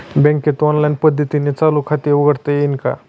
बँकेत ऑनलाईन पद्धतीने चालू खाते उघडता येईल का?